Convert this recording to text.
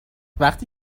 وفتی